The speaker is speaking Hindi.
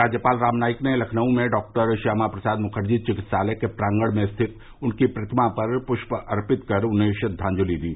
राज्यपाल रामनाईक ने लखनऊ में डॉक्टर श्यामा प्रसाद मुखर्जी चिकित्सालय के प्रांगण में स्थित उनकी प्रतिमा पर पुष्प अर्पित कर उन्हें अपनी श्रद्वांजलि दी